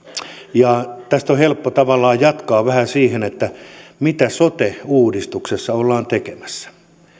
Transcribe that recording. tästä on helppo tavallaan jatkaa vähän siihen mitä sote uudistuksessa ollaan tekemässä